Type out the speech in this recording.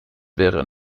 wäre